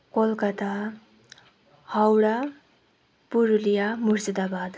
Kolkata Howrah Purulia Murshidabad